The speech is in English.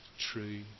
true